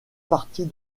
partie